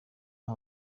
nta